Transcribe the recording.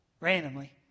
randomly